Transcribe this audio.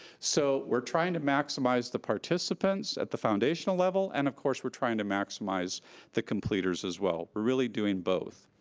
so we're trying to maximize the participants at the foundational level and of course we're trying to maximize the completers, as well. we're really doing both.